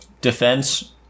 defense